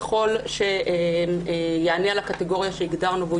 ככל שיענה על הקטגוריה שהגדרנו והוא